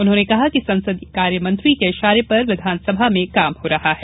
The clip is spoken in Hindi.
उन्होंने कहा कि संसदीय कार्य मंत्री के इशारे पर विघानसभा में काम हो रहा है